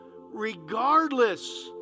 Regardless